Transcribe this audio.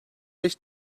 beş